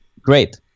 Great